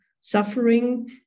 suffering